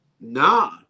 Nah